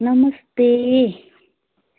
नमस्ते